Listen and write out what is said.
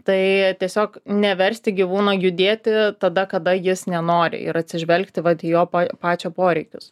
tai tiesiog neversti gyvūno judėti tada kada jis nenori ir atsižvelgti vat į jo pa pačio poreikius